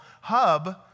hub